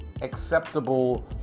acceptable